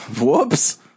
whoops